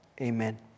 Amen